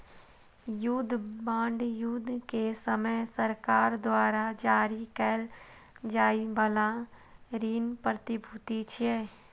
युद्ध बांड युद्ध के समय सरकार द्वारा जारी कैल जाइ बला ऋण प्रतिभूति छियै